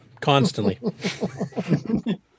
constantly